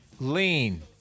lean